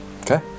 Okay